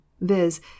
viz